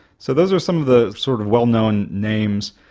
so those are some of the sort of well-known names.